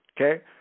okay